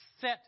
set